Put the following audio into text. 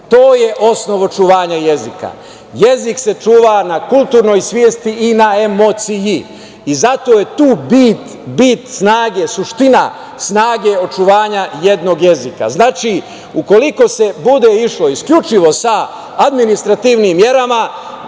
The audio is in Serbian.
To je osnov očuvanja jezika. Jezik se čuva na kulturnoj svesti i na emociji. I zato je tu bit snage, suština snage očuvanja jednog jezika. Ukoliko se bude išlo isključivo sa administrativnim merama